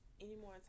anymore